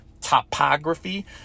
topography